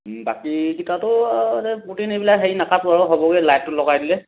বাকীকেইটাটো এ পুটিন এইবিলাক হেৰি নাকাটো আৰু হ'বগৈ লাইটটো লগাই দিলে